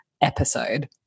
episode